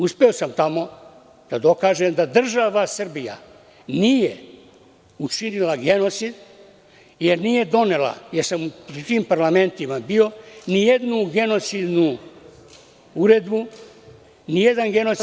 Uspeo sam tamo da dokažem da država Srbija nije učinila genocid jer nije donela, jer sam pri tim parlamentima bio, ni jednu genocidnu uredbu, ni jedan genocidni